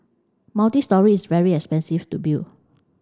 multistory is very expensive to build